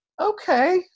okay